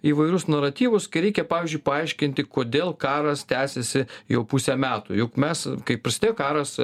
įvairius naratyvus kai reikia pavyzdžiui paaiškinti kodėl karas tęsiasi jau pusę metų juk mes kai prasidėjo karas